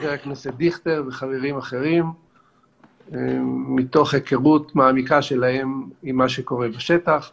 חבר הכנסת דיכטר וחברים אחרים מתוך הכרות מעמיקה שלהם עם מה שקורה בשטח.